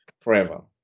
forever